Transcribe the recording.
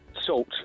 Salt